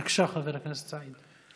בבקשה, חבר הכנסת סעיד,